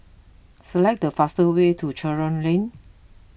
select the fastest way to Charlton Lane